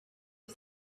you